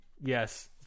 Yes